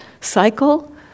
cycle